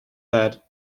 that